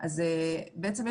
אז בעצם,